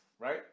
right